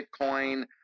Bitcoin